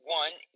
one